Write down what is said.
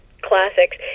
classics